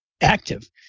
active